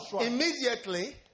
immediately